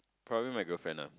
probably my girlfriend lah